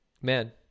Man